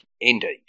Indeed